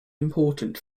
important